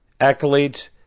accolades